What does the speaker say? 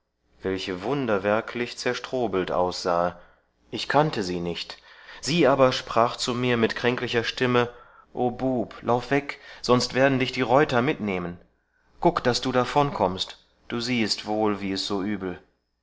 welche wunderwerklich zerstrobelt aussahe ich kannte sie nicht sie aber sprach zu mir mit kränklicher stimme o bub lauf weg sonst werden dich die reuter mitnehmen guck daß du davonkommst du siehest wohl wie es so übel